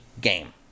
game